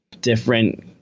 different